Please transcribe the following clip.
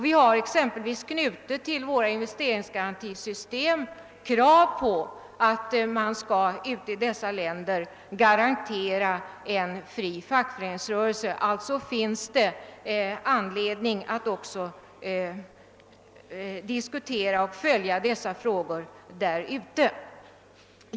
Vi har exempelvis till våra investeringsgarantisystem knutit krav på att man i dessa länder skall garantera en fri fackföreningsrörelse. Alltså finns det anledning att också följa dessa frågor där ute.